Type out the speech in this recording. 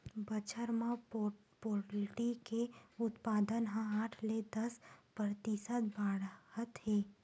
बछर म पोल्टी के उत्पादन ह आठ ले दस परतिसत बाड़हत हे